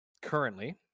currently